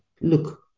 look